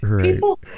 People